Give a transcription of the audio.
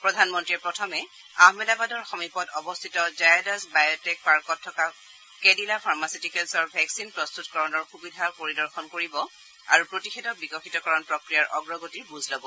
প্ৰধানমন্ত্ৰীয়ে প্ৰথমে আহমেবাদবাদৰ সমীপত অৱস্থিত জায়দাছ বায়টেক পাৰ্কত থকা কেদিলা ফাৰ্মচিউটিকেল্ছৰ ভেকচিন প্ৰস্ততকৰণ সুবিধা পৰিদৰ্শন কৰিব আৰু প্ৰতিষেধক বিকশিতকৰণ প্ৰক্ৰিয়াৰ অগ্ৰগতিৰ বুজ লব